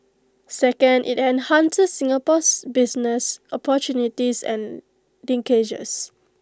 second IT enhances Singapore's business opportunities and linkages